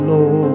Lord